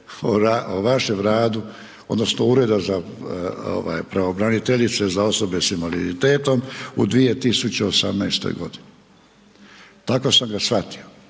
o vašem radu odnosno Ureda za ovaj pravobraniteljice za osobe s invaliditetom u 2018. godini. Tako sam ga shvatio.